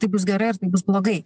tai bus gerai ar tai bus blogai